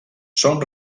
són